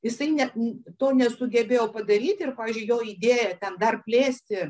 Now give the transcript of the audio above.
jisai net n to nesugebėjo padaryti ir pavyzdžiui jo idėja ten dar plėsti